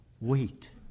Wait